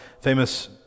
famous